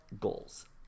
goals